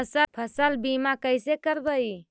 फसल बीमा कैसे करबइ?